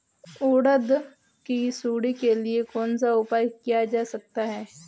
उड़द की सुंडी के लिए कौन सा उपाय किया जा सकता है?